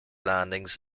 landings